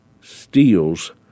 steals